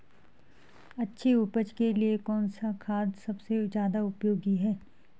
अच्छी उपज के लिए कौन सा खाद सबसे ज़्यादा उपयोगी है?